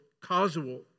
causal